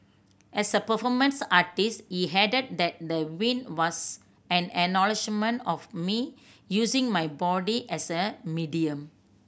as a performance artist he added that the win was an acknowledgement of me using my body as a medium